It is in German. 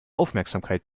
aufmerksamkeit